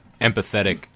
empathetic